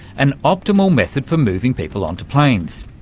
an optimal method for moving people onto planes.